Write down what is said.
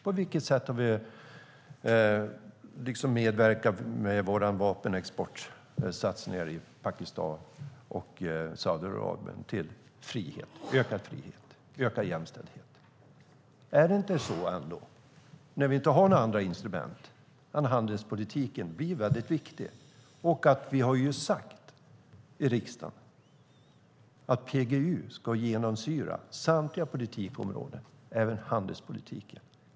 På vilket sätt har vi medverkat till ökad frihet och ökad jämställdhet med våra vapenexportsatsningar i Pakistan och Saudiarabien? Är det ändå inte så, när vi inte har några andra instrument, att handelspolitiken blir väldigt viktig? Vi har ju sagt i riksdagen att PGU ska genomsyra samtliga politikområden, även handelspolitiken?